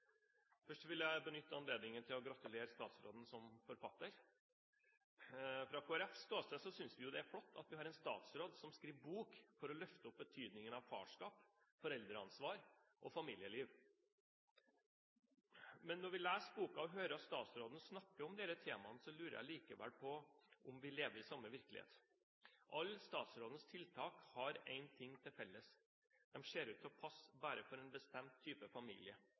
vil jeg benytte anledningen til å gratulere statsråden som forfatter. Fra Kristelig Folkepartis ståsted synes vi det er flott at vi har en statsråd som skriver bok for å løfte opp betydningen av farskap, foreldreansvar og familieliv. Men når vi leser boken og hører statsråden snakke om disse temaene, lurer jeg likevel på om vi lever i samme virkelighet. Alle statsrådens tiltak har én ting til felles: De ser ut til å passe bare for en bestemt type familie,